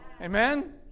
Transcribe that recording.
Amen